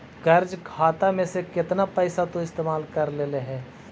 कर्ज खाता में से केतना पैसा तु इस्तेमाल कर लेले हे